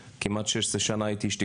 כמעט 16 שנה הייתי איש תקשורת,